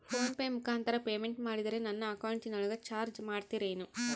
Phone pay ಮುಖಾಂತರ payment ಮಾಡಿದರೆ ನನ್ನ ಅಕೌಂಟಿನೊಳಗ ಚಾರ್ಜ್ ಮಾಡ್ತಿರೇನು?